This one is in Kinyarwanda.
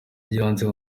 ry’ibanze